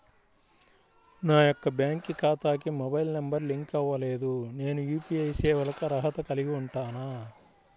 నా యొక్క బ్యాంక్ ఖాతాకి మొబైల్ నంబర్ లింక్ అవ్వలేదు నేను యూ.పీ.ఐ సేవలకు అర్హత కలిగి ఉంటానా?